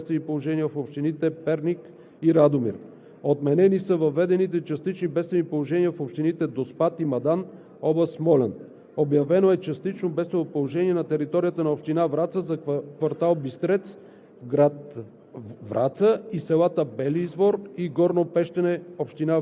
Остават и въведените бедствени положения в община Трън и частични бедствени положения в общините Перник и Радомир. Отменени са въведените частични бедствени положения в общините Доспат и Мадан, област Смолян. Обявено е частично бедствено положение на територията на община Враца, квартал „Бистрец“ – град Враца,